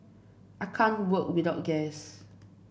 I can't work without gas